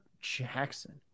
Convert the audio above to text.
Jackson